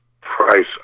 price